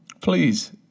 Please